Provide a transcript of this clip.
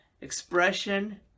expression